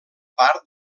part